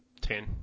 Ten